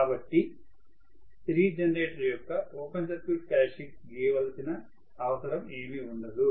కాబట్టి series generator యొక్క open circuit characteristics గీయవలసిన అవసరం ఏమీ ఉండదు